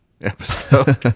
episode